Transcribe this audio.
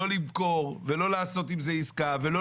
לא למכור ולא לעשות עם זה עסקה ולא